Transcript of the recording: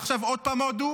ועכשיו עוד פעם הודו,